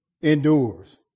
endures